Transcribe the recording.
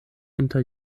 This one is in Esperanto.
inter